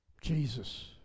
Jesus